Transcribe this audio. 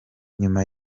nyuma